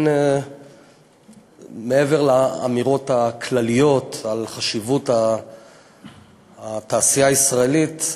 מעבר לאמירות הכלליות על חשיבות התעשייה הישראלית,